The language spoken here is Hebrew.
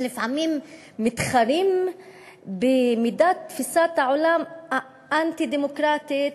שלפעמים מתחרים במידת תפיסת העולם האנטי-דמוקרטית,